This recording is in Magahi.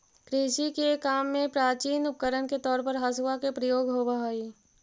कृषि के काम में प्राचीन उपकरण के तौर पर हँसुआ के प्रयोग होवऽ हई